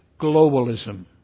globalism